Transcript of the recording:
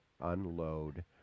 unload